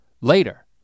later